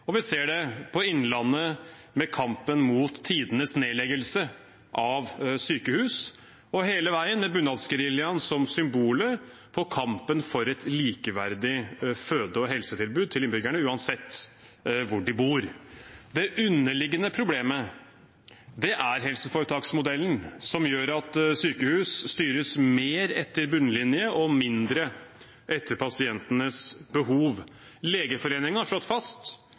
og vi ser det i Innlandet, med kampen mot tidenes nedleggelse av sykehus – og hele veien med Bunadsgeriljaen som symbolet på kampen for et likeverdig føde- og helsetilbud til innbyggerne, uansett hvor de bor. Det underliggende problemet er helseforetaksmodellen, som gjør at sykehus styres mer etter bunnlinje og mindre etter pasientenes behov. Legeforeningen har slått fast